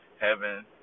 Heaven